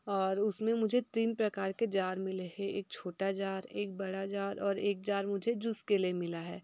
और उसमें मुझे तीन प्रकार के जार मिले है एक छोटा जार एक बड़ा जार और एक जार मुझे जूस के लिए मिला है